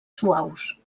suaus